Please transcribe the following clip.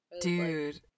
dude